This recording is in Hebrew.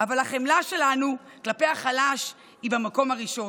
אבל החמלה שלנו כלפי החלש היא במקום הראשון.